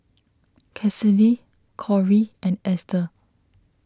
Cassidy Korey and Esther